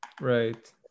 Right